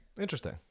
Interesting